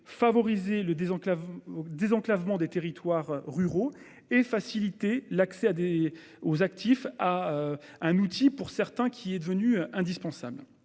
favoriser le désenclavement des territoires ruraux et faciliter l'accès des actifs à un outil souvent indispensable.